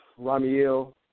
Ramiel